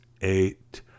eight